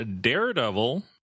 Daredevil